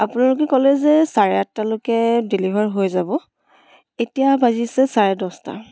আপোনালোকে ক'লে যে চাৰে আঠটালৈকে ডেলিভাৰ হৈ যাব এতিয়া বাজিছে চাৰে দহটা